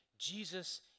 Jesus